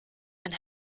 and